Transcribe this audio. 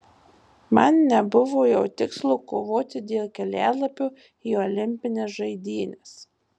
man nebuvo jau tikslo kovoti dėl kelialapio į olimpines žaidynes